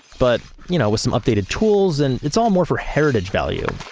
but you know, with some updated tools and it's all more for heritage value.